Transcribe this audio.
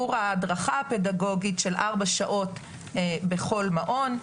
ההדרכה הפדגוגית של ארבע שעות בכל מעון,